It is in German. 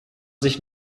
sich